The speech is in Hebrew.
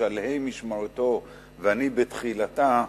בשלהי משמרתו ואני בתחילתה,